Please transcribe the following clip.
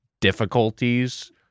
difficulties